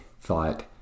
thought